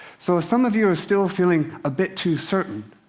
so, if some of you are still feeling a bit too certain,